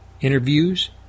interviews